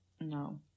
No